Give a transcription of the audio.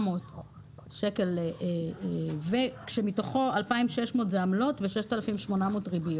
שקל כשמתוכם 2,600 זה עמלות ו-6,800 ריביות.